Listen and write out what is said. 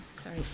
Sorry